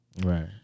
Right